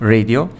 Radio